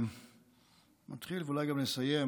אתחיל ואולי גם אסיים,